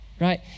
right